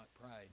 pride